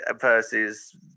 versus